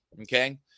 okay